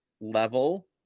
level